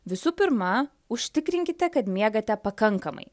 visų pirma užtikrinkite kad miegate pakankamai